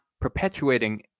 perpetuating